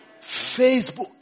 Facebook